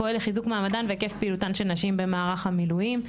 פועל לחיזוק מעמדן והיקף פעילותן של נשים במערך המילואים,